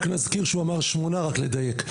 רק נזכיר שהוא אמר שמונה, רק לדייק.